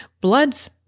Bloods